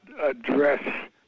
address